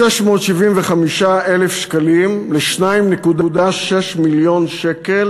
מ-675,000 שקלים ל-2.6 מיליון שקל.